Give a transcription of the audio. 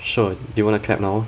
so do you want to clap now